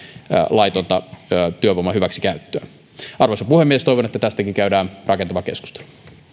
laitonta työvoiman hyväksikäyttöä arvoisa puhemies toivon että tästäkin käydään rakentava keskustelu